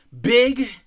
Big